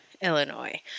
Illinois